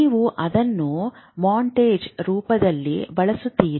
ನೀವು ಅದನ್ನು ಮಾಂಟೇಜ್ ರೂಪದಲ್ಲಿ ಬಳಸುತ್ತೀರಿ